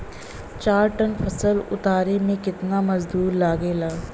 चार टन फसल उतारे में कितना मजदूरी लागेला?